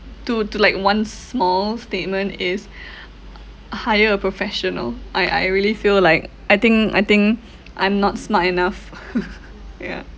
to to like one small statement is hire a professional I I really feel like I think I think I'm not smart enough ya